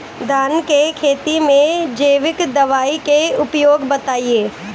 धान के खेती में जैविक दवाई के उपयोग बताइए?